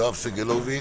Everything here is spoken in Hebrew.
יואב סגלוביץ'.